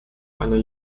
einer